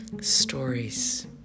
Stories